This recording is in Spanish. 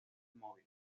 móvil